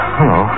Hello